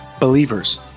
believers